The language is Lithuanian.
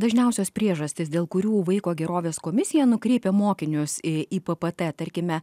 dažniausios priežastys dėl kurių vaiko gerovės komisija nukreipia mokinius į į p p t tarkime